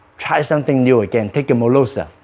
try something new again. take a molossus.